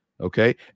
okay